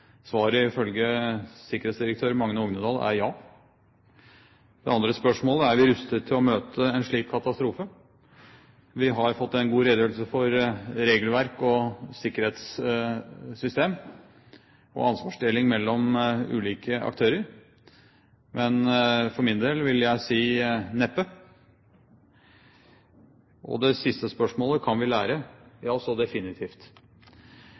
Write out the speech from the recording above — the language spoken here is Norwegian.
Svaret er ja, ifølge sikkerhetsdirektør Magne Ognedal. Det andre spørsmålet er: Er vi rustet til å møte en slik katastrofe? Vi har fått en god redegjørelse for regelverk, sikkerhetssystem og ansvarsdeling mellom ulike aktører, men for min del vil jeg si: Det er vi neppe. Og det siste spørsmålet er: Kan vi lære? Ja, det kan vi så definitivt.